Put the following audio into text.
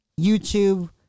YouTube